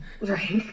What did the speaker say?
right